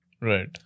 Right